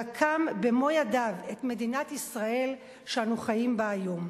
רקם במו ידיו את מדינת ישראל שאנו חיים בה היום.